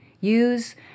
Use